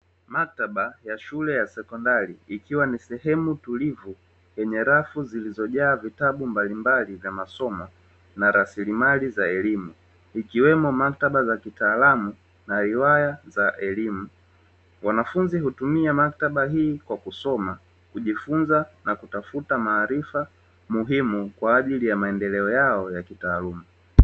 Maktaba ya shule ya sekondari ikiwa na sehemu tulivu yenye rafu zilizojaa vitabu mbalimbali vya elimu, ikiwemo maktaba mbalimbali kwa ajili ya maendeleo yao ya kitaaluma.